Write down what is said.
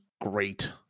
great